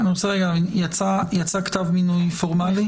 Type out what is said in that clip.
יצא כתב מינוי פורמלי?